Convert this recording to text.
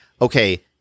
Okay